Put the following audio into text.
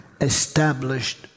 established